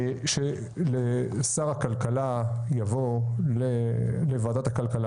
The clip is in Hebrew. ששר הכלכלה יבוא לוועדת הכלכלה,